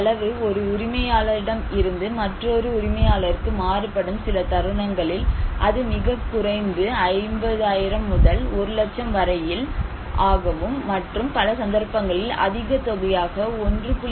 செலவு ஒரு உரிமையாளரிடம் இருந்து மற்றொரு உரிமையாளருக்கு மாறுபடும் சில தருணங்களில் அது மிகக் குறைந்து 50000 முதல் ஒரு லட்சம் வரையில் ஆகவும் மற்றும் பல சந்தர்ப்பங்களில் அதிகத் தொகையாக 1